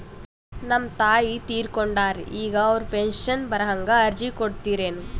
ನಮ್ ತಾಯಿ ತೀರಕೊಂಡಾರ್ರಿ ಈಗ ಅವ್ರ ಪೆಂಶನ್ ಬರಹಂಗ ಅರ್ಜಿ ಕೊಡತೀರೆನು?